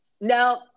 No